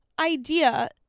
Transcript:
idea